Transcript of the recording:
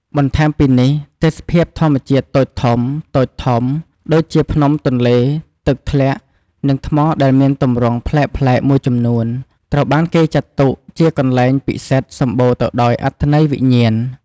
បន្ថែមពីនេះ ទេសភាពធម្មជាតិតូចធំៗ ដូចជា ភ្នំ ទន្លេ ទឹកធ្លាក់ និងថ្មដែលមានទម្រង់ប្លែកៗ មួយចំនួន ត្រូវបានគេចាត់ទុកជាកន្លែងពិសិដ្ឋសម្បូរទៅដោយអត្ថន័យវិញ្ញាណ។